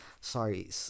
Sorry